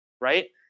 right